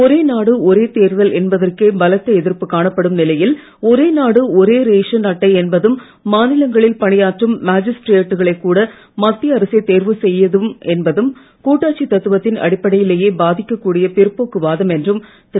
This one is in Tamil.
ஒரே நாடு ஒரே தேர்தல் என்பதற்கே பலத்த எதிர்ப்பு காணப்படும் நிலையில் ஒரே நாடு ஒரே ரெஷன் அட்டை என்பதும் மாநிலங்களில் பணியாற்றும் மாஜிஸ்டிரேட்டுகளைக் கூட மத்திய அரசே தேர்வு செய்யும் என்பதும் கூட்டாட்சித் தத்துவத்தின் அடிப்படைகளையே பாதிக்கக் கூடிய பிற்போக்கு வாதம் என்றும் திரு